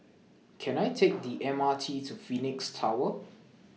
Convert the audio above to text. Can I Take The M R T to Phoenix Tower